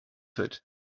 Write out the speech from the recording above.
foot